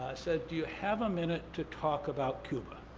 said, do you have a minute to talk about cuba?